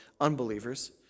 unbelievers